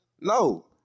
No